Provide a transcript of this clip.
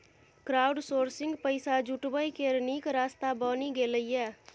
crowdsourcing पैसा जुटबै केर नीक रास्ता बनि गेलै यै